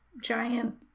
giant